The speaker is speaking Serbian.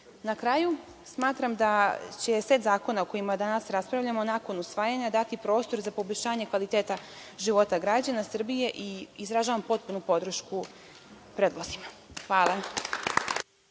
kraju, smatram da će set zakona o kojima danas raspravljamo, nakon usvajanja, dati prostor za poboljšanje kvaliteta života građana Srbije i izražavam potpunu podršku predlozima. Hvala.